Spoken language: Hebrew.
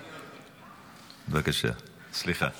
בבקשה, סליחה.